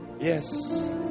Yes